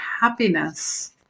happiness